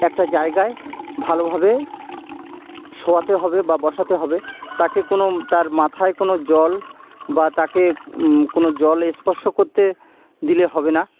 একটা জায়গায় ভালোভাবে শোয়াতে হবে বা বসাতে হবে তাকে কোনো তার মাথায় কোনো জল বা তাকে কোনো জল স্পর্শ করতে দিলে হবে না